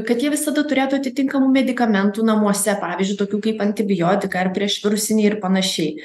kad jie visada turėtų atitinkamų medikamentų namuose pavyzdžiui tokių kaip antibiotikai ar priešvirusiniai ir panašiai